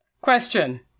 Question